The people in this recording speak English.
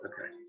Okay